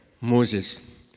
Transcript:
Moses